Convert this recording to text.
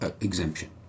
exemption